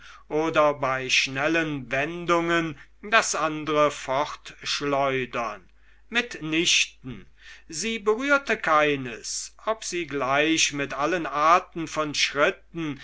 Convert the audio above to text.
oder bei schnellen wendungen das andre fortschleudern mit nichten sie berührte keines ob sie gleich mit allen arten von schritten